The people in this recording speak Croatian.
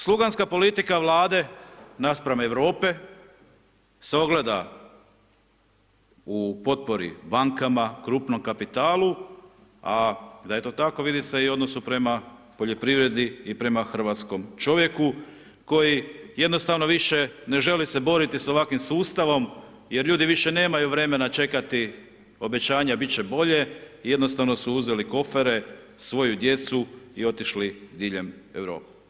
Sluganska politika Vlade naspram Europe se ogleda u potporu bankama, krupnom kapitalu a da je to tako, vidi se i u odnosu prema poljoprivredi i prema hrvatskom čovjeku koji jednostavno više ne žele se sa ovakvim sustavom jer ljudi više nemaju vremena čekati obećanja bit će bolje, jednostavno su uzeli kofere, svoju djecu i otišli diljem Europe.